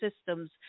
systems